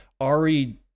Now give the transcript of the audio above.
Ari